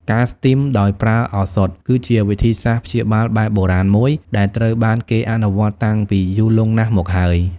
ការស្ទីមដោយប្រើឱសថ គឺជាវិធីសាស្ត្រព្យាបាលបែបបុរាណមួយ ដែលត្រូវបានគេអនុវត្តតាំងពីយូរលង់ណាស់មកហើយ។